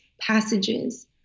passages